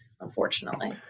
unfortunately